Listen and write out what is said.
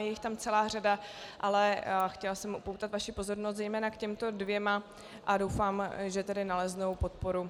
Je jich tam celá řada, ale chtěla jsem upoutat vaši pozornost zejména k těmto dvěma a doufám, že naleznou podporu.